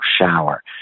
shower